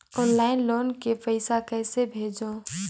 Online loan के पईसा कइसे भेजों?